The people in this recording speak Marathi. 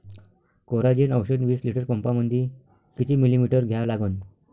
कोराजेन औषध विस लिटर पंपामंदी किती मिलीमिटर घ्या लागन?